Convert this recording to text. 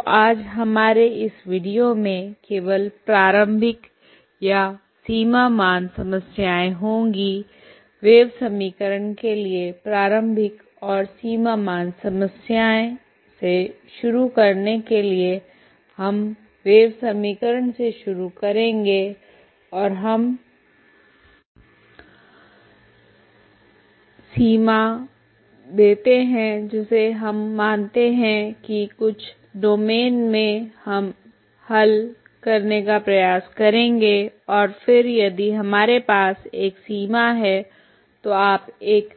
तो आज हमारे इस वीडियो में केवल प्रारंभिक या सीमा मान समस्याएं होंगी वेव समीकरण के लिए प्रारंभिक और सीमा मान समस्याएं से शुरू करने के लिए हम वेव समीकरण से शुरू करेगे और हम सीमा देते हैं जिसे हम मानते हैं कि कुछ डोमैन में हल करने का प्रयास करेंगे और फिर यदि हमारे पास एक सीमा है तो आप एक